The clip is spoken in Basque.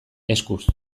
eskuz